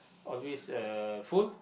always uh full